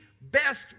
best